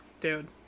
Dude